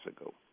ago